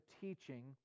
teaching